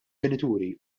ġenituri